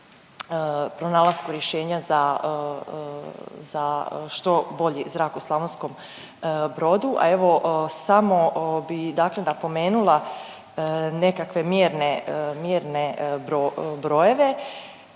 pronalasku rješenja za, za što bolji zrak u Slavonskom Brodu. A evo samo bi dakle napomenula nekakve mjerne, mjerne